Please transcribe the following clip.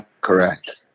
correct